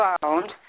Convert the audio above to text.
found